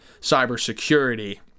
cybersecurity